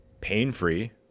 pain-free